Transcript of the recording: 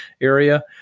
area